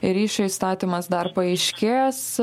ryšio įstatymas dar paaiškės